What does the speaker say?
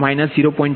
0384 21 0